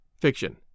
fiction